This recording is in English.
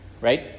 Right